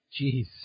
Jeez